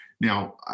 Now